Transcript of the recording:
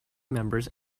members